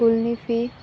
સ્કૂલની ફી